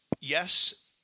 yes